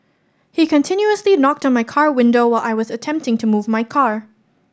he continuously knocked on my car window while I was attempting to move my car